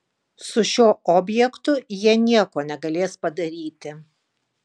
su šiuo objektu jie nieko negalės padaryti